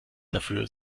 dafür